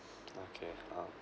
okay uh